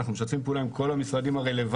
אנחנו משתפים פעולה עם כל המשרדים הרלוונטיים,